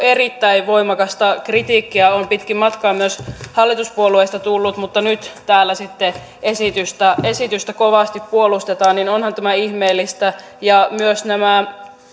erittäin voimakasta kritiikkiä on pitkin matkaa myös hallituspuolueista tullut mutta nyt täällä sitten esitystä esitystä kovasti puolustetaan niin onhan tämä ihmeellistä myös